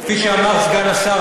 כפי שאמר סגן השר,